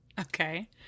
Okay